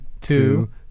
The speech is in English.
two